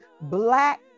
black